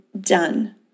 done